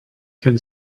can